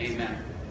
Amen